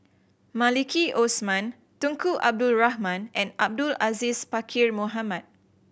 Maliki Osman Tunku Abdul Rahman and Abdul Aziz Pakkeer Mohamed